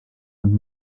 und